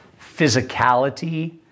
physicality